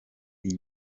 iyi